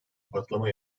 patlama